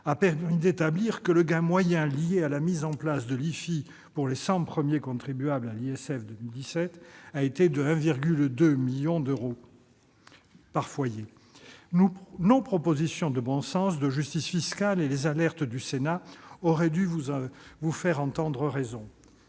a permis d'établir que le gain moyen lié à la mise en place de l'IFI a été, pour les 100 premiers redevables de l'ISF au titre de 2017, de 1,2 million d'euros par foyer. Nos propositions de bon sens, de justice fiscale et les alertes du Sénat auraient dû vous faire entendre raison.